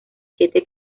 siete